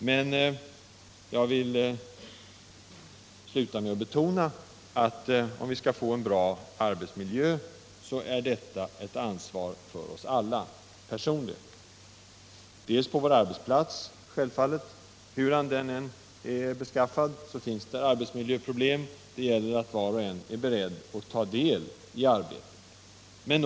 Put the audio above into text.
Men jag vill sluta med att betona, att om vi skall få en bra arbetsmiljö är det självfallet ett personligt ansvar för oss alla. Hurdan vår arbetsplats än är beskaffad, finns där arbetsmiljöproblem. Det gäller att var och en är beredd att ta del i arbetet.